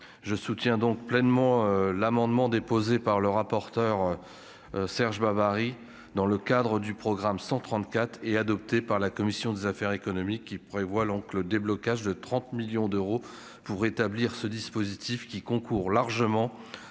je soutiens donc pleinement l'amendement déposé par le rapporteur Serge Babary, dans le cadre du programme 134 est adopté par la commission des affaires économiques, qui prévoit l'oncle le déblocage de 30 millions d'euros pour établir ce dispositif qui concourent largement